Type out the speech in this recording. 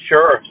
Sure